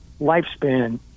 lifespan